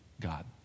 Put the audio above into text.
God